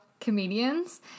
comedians